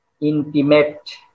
intimate